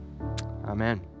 Amen